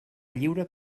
lliure